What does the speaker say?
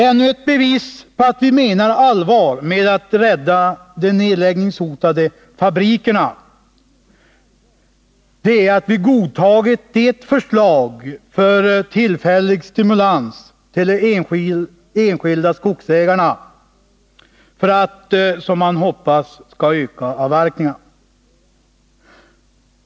Ännu ett bevis på att vi menar allvar med att rädda de nedläggningshotade fabrikerna är att vi godtagit ett förslag om tillfällig stimulans till de enskilda skogsägarna för att, som man hoppas, öka avverkningarna.